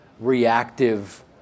reactive